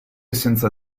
senza